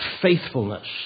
faithfulness